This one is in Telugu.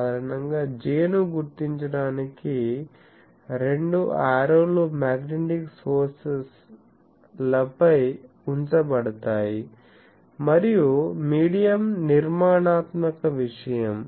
సాధారణంగా J ను గుర్తించడానికి 2 ఆరోలు మ్యాగ్నెటిక్ సోర్సెస్ ల పై ఉంచబడతాయి మరియు మీడియం నిర్మాణాత్మక విషయం